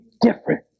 different